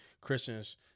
Christians